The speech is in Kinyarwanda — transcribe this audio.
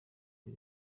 ibi